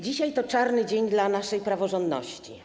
Dzisiaj to czarny dzień dla naszej praworządności.